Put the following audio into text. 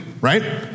right